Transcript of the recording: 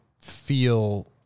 feel